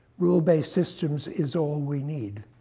rule based systems is all we need.